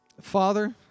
Father